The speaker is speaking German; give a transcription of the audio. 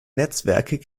netzwerke